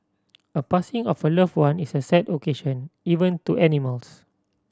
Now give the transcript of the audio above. a passing of a loved one is a sad occasion even to animals